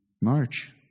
March